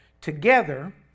together